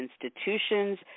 institutions